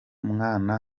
mwana